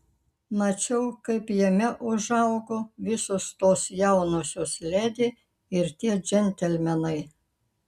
mačiau kaip jame užaugo visos tos jaunosios ledi ir tie džentelmenai